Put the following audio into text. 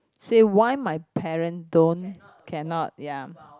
say why my parent don't cannot ya